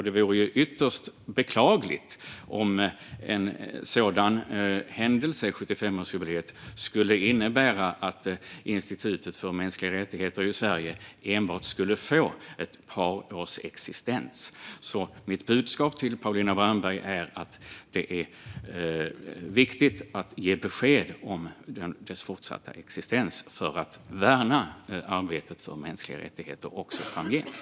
Det vore ju ytterst beklagligt vid en sådan händelse, 75-årsjubileet, om Sveriges institut för mänskliga rättigheter skulle få bara ett par års existens. Mitt budskap till Paulina Brandberg är att det är viktigt att ge besked om institutets fortsatta existens för att värna arbetet för mänskliga rättigheter också framgent.